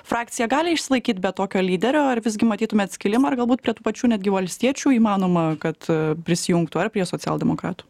frakcija gali išsilaikyt be tokio lyderio ar visgi matytumėt skilimą ar galbūt prie tų pačių netgi valstiečių įmanoma kad prisijungtų ar prie socialdemokratų